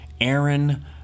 Aaron